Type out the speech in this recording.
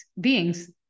beings